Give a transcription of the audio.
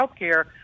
Healthcare